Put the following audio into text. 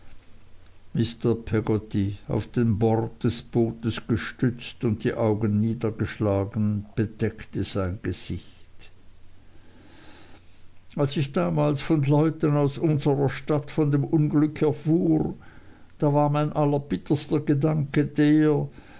mr peggotty auf den bord des bootes gestützt und die augen niedergeschlagen bedeckte sein gesicht als ich damals von leuten aus unserer stadt von dem unglück erfuhr da war mein allerbitterster gedanke der